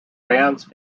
fans